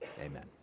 Amen